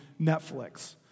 Netflix